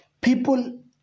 People